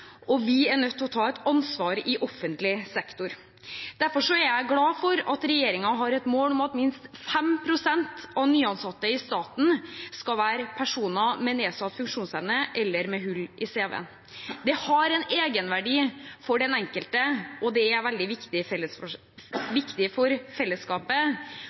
og vi er nødt til å ta et ansvar i offentlig sektor. Derfor er jeg glad for at regjeringen har et mål om at minst 5 pst. av nyansatte i staten skal være personer med nedsatt funksjonsevne eller med hull i CV-en. Det har en egenverdi for den enkelte, det er veldig viktig for fellesskapet,